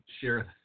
share